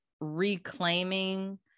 reclaiming